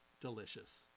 delicious